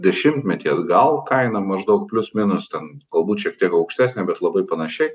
dešimtmetį atgal kaina maždaug plius minus ten galbūt šiek tiek aukštesnė bet labai panašiai